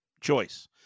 choice